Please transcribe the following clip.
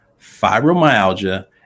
fibromyalgia